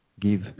give